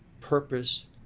purpose